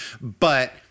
but-